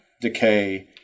decay